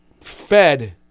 fed